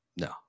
No